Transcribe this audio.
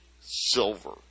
silver